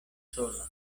sola